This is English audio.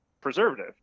preservative